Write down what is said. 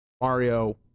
Mario